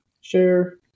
Share